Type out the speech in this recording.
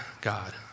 God